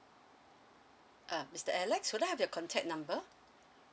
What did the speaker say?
uh mister alex could I have your contact number